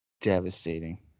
Devastating